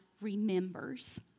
remembers